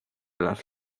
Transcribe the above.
las